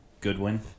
Goodwin